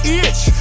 itch